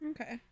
Okay